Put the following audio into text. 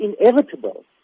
inevitable